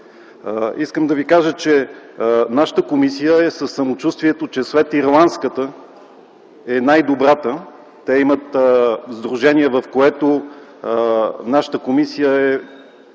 Искам да Ви кажа, че нашата комисия е със самочувствието, че след ирландската е най-добрата. Те имат сдружение, в което нашата комисия е